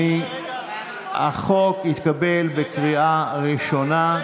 החוק התקבל בקריאה ראשונה,